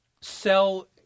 sell